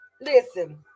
listen